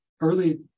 early